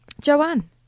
Joanne